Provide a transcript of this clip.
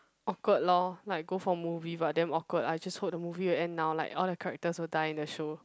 awkward lor like go for movie but damn awkward I just hoped the movie will end now like all the characters will die in the show